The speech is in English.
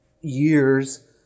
years